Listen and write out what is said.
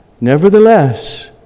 Nevertheless